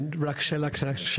כן, רק שאלה קטנה.